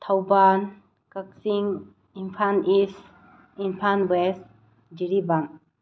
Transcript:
Thoubal Kakching Imphal east Imphal west Jiribam